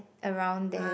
around there